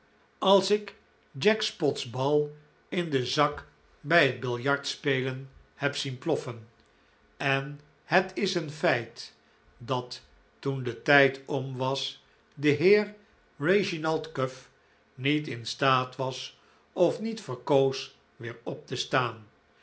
als ik jack spot's bal in den zak bij het biljart spelen heb zien ploffen en het is een feit dat toen de tijd om was de heer reginald cuff niet in staat was of niet verkoos weer op te staan